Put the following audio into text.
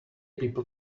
people